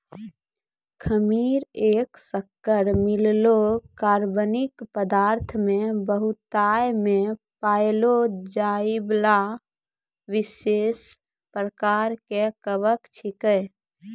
खमीर एक शक्कर मिललो कार्बनिक पदार्थ मे बहुतायत मे पाएलो जाइबला विशेष प्रकार के कवक छिकै